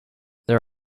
there